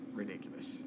ridiculous